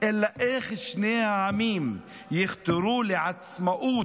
אלא איך שני העמים יחתרו לעצמאות.